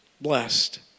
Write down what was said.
blessed